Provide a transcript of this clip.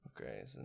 Okay